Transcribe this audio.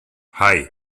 hei